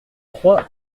trois